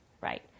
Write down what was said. right